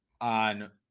on